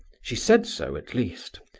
she said so, at least,